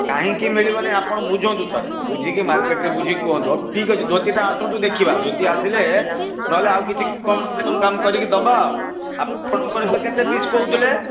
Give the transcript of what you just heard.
କାହିଁକି ମିଳିବନି ଆପଣ ବୁଝନ୍ତୁ ଥରେ ବୁଝିକି ମାର୍କେଟ୍ରେ ବୁଝିକି କୁହନ୍ତୁ ହଉ ଠିକ୍ ଅଛି ଧୋତିଟା ଆସନ୍ତୁ ଦେଖିବା ଧୋତି ଆସିଲେ ନହେଲେ ଆଉ କିଛି କମ୍ କାମ୍ କରିକି ଦେବା ଆଉ ଆପଣଙ୍କର କେତେ ପିସ୍ କହୁଥିଲେ